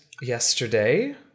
yesterday